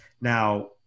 Now